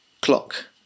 clock